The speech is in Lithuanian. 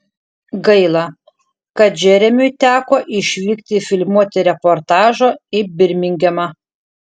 gaila kad džeremiui teko išvykti filmuoti reportažo į birmingemą